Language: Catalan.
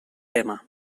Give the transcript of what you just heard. tema